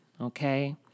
Okay